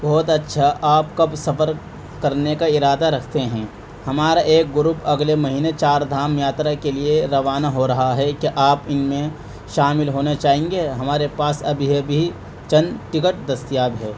بہت اچھا آپ کب سفر کرنے کا ارادہ رکھتے ہیں ہمارا ایک گروپ اگلے مہینے چار دھام یاترا کے لیے روانہ ہو رہا ہے کیا آپ ان میں شامل ہونا چاہیں گے ہمارے پاس ابھی ابھی چند ٹکٹ دستیاب ہیں